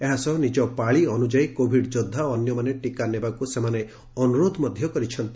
ଏହାସହ ନିଜ ପାଳି ଅନୁଯାୟୀ କୋଭିଡ୍ ଯୋଦ୍ଧା ଓ ଅନ୍ୟମାନେ ଟିକା ନେବାକୁ ସେମାନେ ଅନୁରୋଧ ମଧ କରିଛନ୍ତି